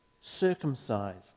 circumcised